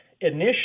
initially